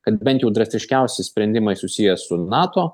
kad bent jau drastiškiausi sprendimai susiję su nato